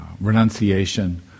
renunciation